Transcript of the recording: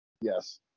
Yes